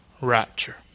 rapture